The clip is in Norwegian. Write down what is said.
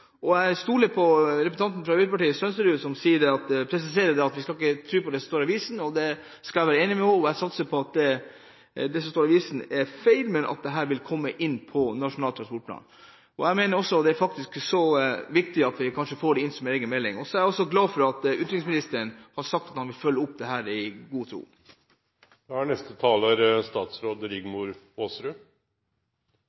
og jeg stoler på representanten Sønsterud fra Arbeiderpartiet som presiserer at vi ikke skal tro på det som står i avisen. Det skal jeg være enig med henne i og satser på at det som står i avisen, er feil, og at dette vil komme inn i Nasjonal transportplan. Jeg mener det er så viktig at vi kanskje må ha det som egen melding. Jeg er også glad for at utenriksministeren har sagt at han vil følge opp dette. Jeg vil på vegne av regjeringsrepresentantene takke for en god